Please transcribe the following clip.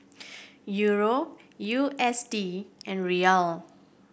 Euro U S D and Riyal